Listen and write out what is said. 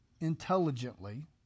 intelligently